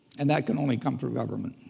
and that can only come through government.